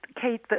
Kate